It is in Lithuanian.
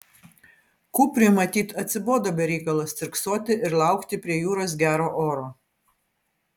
kupriui matyt atsibodo be reikalo stirksoti ir laukti prie jūros gero oro